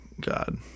God